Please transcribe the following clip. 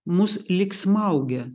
mus lyg smaugia